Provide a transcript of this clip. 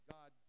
God